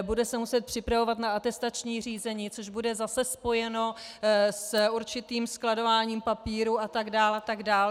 Bude se muset připravovat na atestační řízení, což bude zase spojeno s určitým skladováním papírů, a tak dál a tak dál.